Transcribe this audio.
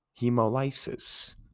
Hemolysis